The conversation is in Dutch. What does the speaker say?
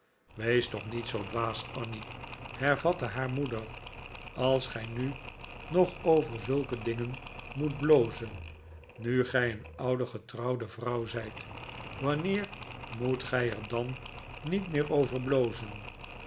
wees toch niet zoo dwaas annie hervatte haar moeder als gij nu nog over zulke dingen moet blozen nu gij een oude getrouwde vrouw zijt wanneer moet gij er dan niet meer over blozen